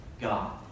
God